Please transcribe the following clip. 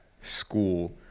school